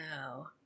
No